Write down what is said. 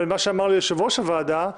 אבל מה שאמר לי יושב-ראש הוועדה,